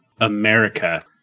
America